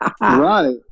Right